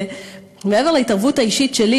שמעבר להתערבות האישית שלי,